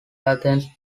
athens